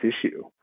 issue